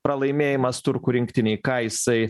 pralaimėjimas turkų rinktinei ką jisai